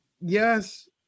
yes